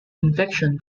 infection